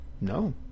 No